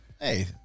hey